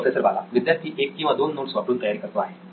professor बाला विद्यार्थी एक किंवा दोन नोट्स वापरून तयारी करतो आहे